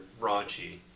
raunchy